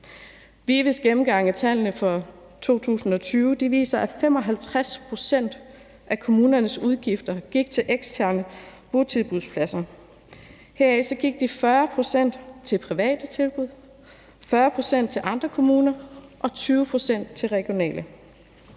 VIVE's gennemgang af tallene for 2020 viser, at 55 pct. af kommunernes udgifter gik til eksterne botilbudspladser, heraf gik de 40 pct. til private tilbud, 40 pct. til andre kommuner, og 20 pct. til regionale